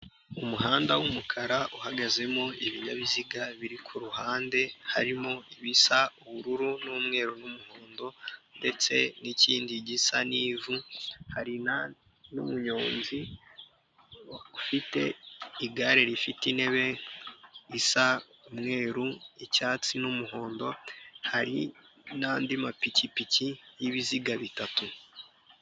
Umuhanda w'umukara uhagazemo ibinyabiziga biri kuruhande harimo ibisa ubururu n'umweru n'umuhondo ndetse n'ikindi gisa n'ivu hari n'umuyonzi ufite igare rifite intebe isa umweru, icyatsi n'umuhondo hari n'andi mapikipiki y'ibiziga bitatu.